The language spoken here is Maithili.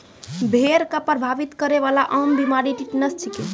भेड़ क प्रभावित करै वाला आम बीमारी टिटनस छिकै